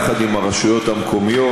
יחד עם הרשויות המקומיות,